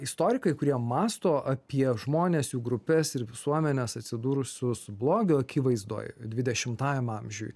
istorikai kurie mąsto apie žmones jų grupes ir visuomenes atsidūrusius blogio akivaizdoj dvidešimtajam amžiuj